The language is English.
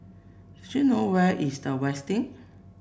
do you know where is The Westin